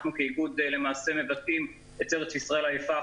אנחנו כאיגוד למעשה מבטאים את ארץ ישראל היפה,